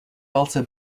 also